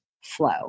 flow